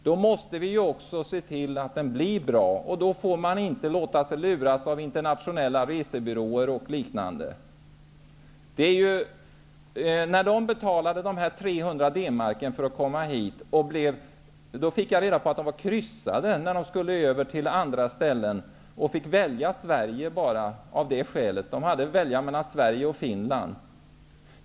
Då måste vi också se till att den blir bra, och då får man inte låta sig luras av internationella resebyråer och liknande. Jag fick reda på att de som betalade 300 D-mark för att komma hit fick välja Sverige av det skälet att andra ställen var överkryssade i papperna. De hade att välja mellan Sverige och Finland.